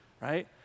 right